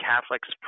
Catholics